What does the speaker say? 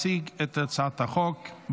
להציג את הצעת החוק בשם שר הפנים.